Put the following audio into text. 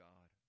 God